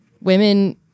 women